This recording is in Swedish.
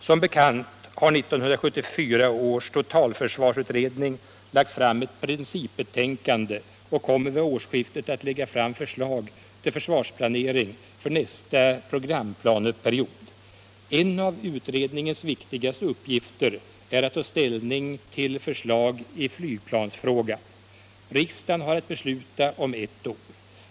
Som bekant har 1974 års totalförsvarsutredning lagt fram ett principbetänkande och kommer vid årsskiftet att lägga fram förslag till försvarsplanering för nästa programplaneperiod. En av utredningens viktigaste uppgifter är att ta ställning till förslag i flygplansfrågan. Riksdagen har att besluta om ett år.